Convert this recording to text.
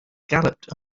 galloped